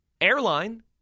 airline